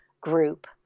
group